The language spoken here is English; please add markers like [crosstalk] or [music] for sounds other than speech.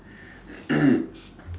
[coughs]